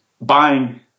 buying –